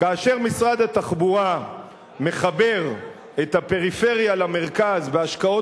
כאשר משרד התחבורה מחבר את הפריפריה למרכז בהשקעות